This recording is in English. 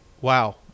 wow